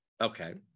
okay